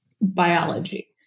biology